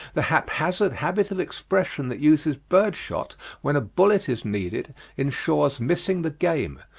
the haphazard habit of expression that uses bird-shot when a bullet is needed insures missing the game,